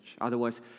Otherwise